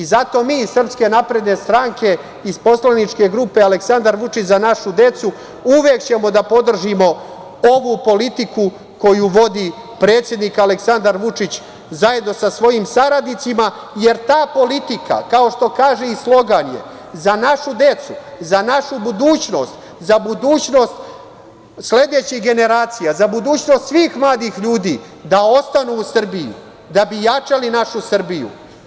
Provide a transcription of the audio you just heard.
Zato mi iz SNS iz poslaničke grupe Aleksandar Vučić – Za našu decu, uvek ćemo da podržimo ovu politiku koju vodi predsednik Aleksandar Vučić, zajedno sa svojim saradnicima, jer ta politika, kao što kaže i slogan je, za našu decu, za našu budućnost, za budućnost sledećih generacija, za budućnost svih mladih ljudi, da ostanu u Srbiji da bi jačali našu Srbiju.